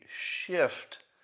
shift